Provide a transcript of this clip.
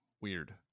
weird